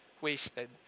wasted